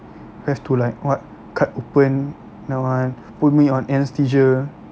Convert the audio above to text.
have to like what cut open that [one] put me on anaesthesia